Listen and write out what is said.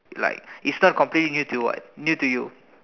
like it's not completely new two what new to you